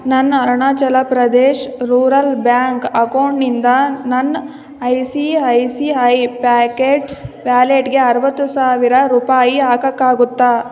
ನನ್ನ Arunachal Pradesh rural bank ಅಕೌಂಟ್ನಿಂದ ನನ್ನ I C I C I Pockets ವ್ಯಾಲೆಟ್ಗೆ ಅರವತ್ತು ಸಾವಿರ ರೂಪಾಯಿ ಹಾಕೋಕ್ಕಾಗುತ್ತಾ